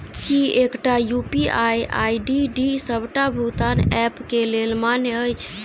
की एकटा UPI ID D सबटा भुगतान ऐप केँ लेल मान्य अछि?